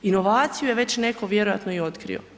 Inovaciju je već netko vjerojatno i otkrio.